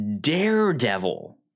Daredevil